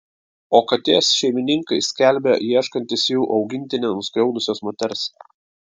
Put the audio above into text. o katės šeimininkai skelbia ieškantys jų augintinę nuskriaudusios moters